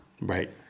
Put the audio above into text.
Right